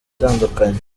atandukanye